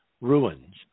ruins